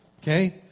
Okay